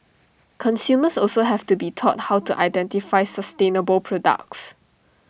consumers also have to be taught how to identify sustainable products